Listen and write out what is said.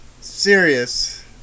serious